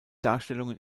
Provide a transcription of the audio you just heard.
darstellungen